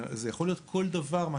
זה יכול להיות כל דבר.